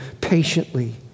patiently